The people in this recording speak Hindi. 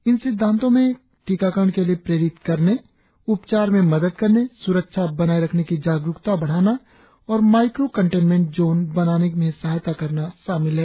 इन सिद्वांतों में टीकाकरण के लिए प्रेरित करने उपचार में मदद करने स्रक्षा बनाये रखने की जागरूकता बढाना और माइक्रो कंटेंमेंट जोन बनाने में सहायता करना शामिल है